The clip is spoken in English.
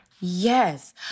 Yes